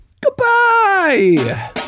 Goodbye